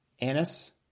anise